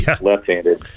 left-handed